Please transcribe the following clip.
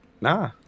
nah